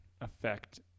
affect